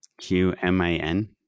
Q-M-I-N